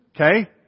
Okay